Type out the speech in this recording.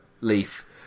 Leaf